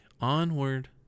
onward